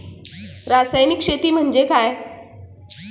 रासायनिक शेती म्हणजे काय?